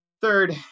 Third